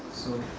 so